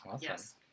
yes